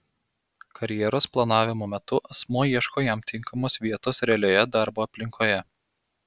karjeros planavimo metu asmuo ieško jam tinkamos vietos realioje darbo aplinkoje